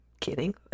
kidding